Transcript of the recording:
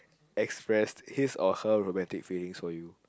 express his or her romantic feeling for you